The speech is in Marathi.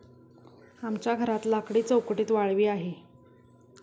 आमच्या घरात लाकडी चौकटीत वाळवी आहे